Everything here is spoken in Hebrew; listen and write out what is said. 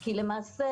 כי למעשה,